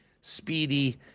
speedy